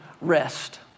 rest